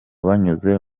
banyuze